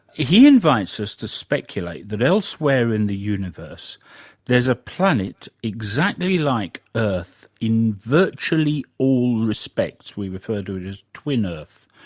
he invites us to speculate that elsewhere in the universe there's a planet exactly like earth in virtually all respects. we refer to it as twin earth.